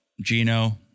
Gino